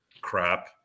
crap